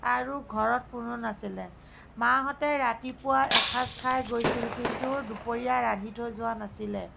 আৰু ঘৰত কোনো নাছিলে মাহঁতে ৰাতিপুৱা এসাঁজ খাই গৈছিল কিন্তু দুপৰীয়া ৰান্ধি থৈ যোৱা নাছিলে